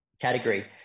category